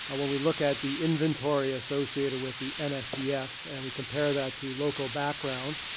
and when we look at the inventory associated with the nsdf, and we compare that to local background,